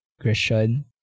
Christian